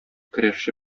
көрәшче